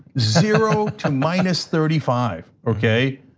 zero to minus thirty five, okay?